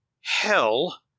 Hell